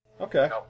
Okay